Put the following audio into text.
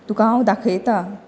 तुका हांव दाखयतां